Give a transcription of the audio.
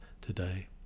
today